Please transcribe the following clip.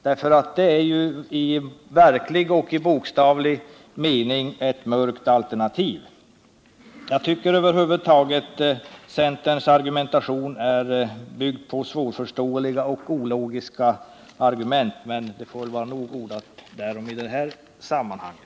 Det är i verklig och bokstavlig mening ett mörkt alternativ. Jag tycker över huvud taget att centerns inlägg i debatten är byggda på svårförståeliga och ologiska argument — men det får väl vara nog ordat därom i det här sammanhanget.